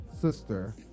sister